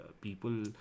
people